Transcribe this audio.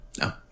No